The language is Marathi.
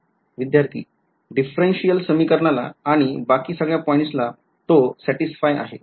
विध्यार्थी differential समीकरणाला आणि बाकी सगळ्या पॉईंट्स ला तो सॅटिसफाय आहे